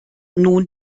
nun